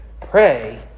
pray